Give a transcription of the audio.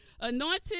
anointed